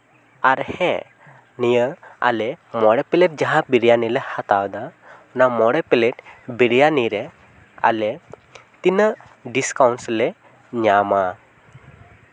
ᱟᱨ ᱦᱮᱸ ᱱᱤᱭᱟᱹ ᱟᱞᱮ ᱢᱚᱬᱮ ᱯᱞᱮ ᱴ ᱡᱟᱦᱟᱸ ᱵᱤᱨᱭᱟᱱᱤ ᱞᱮ ᱦᱟᱛᱟᱣ ᱫᱟ ᱚᱱᱟ ᱢᱚᱬᱮ ᱯᱞᱮᱴ ᱵᱤᱨᱭᱟᱱᱤ ᱨᱮ ᱟᱞᱮ ᱛᱤᱱᱟᱹᱜ ᱰᱤᱥᱠᱟᱣᱩᱱᱴᱥ ᱞᱮ ᱧᱟᱢᱟ